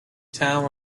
town